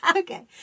Okay